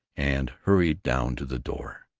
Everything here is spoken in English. and hurried down to the door.